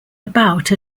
about